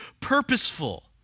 purposeful